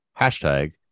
Hashtag